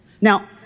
Now